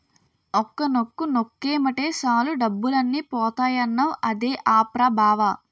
ఒక్క నొక్కు నొక్కేమటే సాలు డబ్బులన్నీ పోతాయన్నావ్ అదే ఆప్ రా బావా?